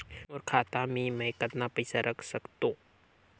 मोर खाता मे मै कतना पइसा रख सख्तो?